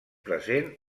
present